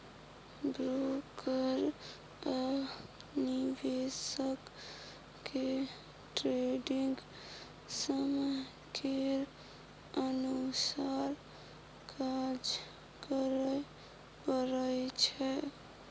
broker आ निवेशक केँ ट्रेडिग समय केर अनुसार काज करय परय छै